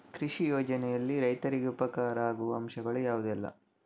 ಕೃಷಿ ಯೋಜನೆಯಲ್ಲಿ ರೈತರಿಗೆ ಉಪಕಾರ ಆಗುವ ಅಂಶಗಳು ಯಾವುದೆಲ್ಲ?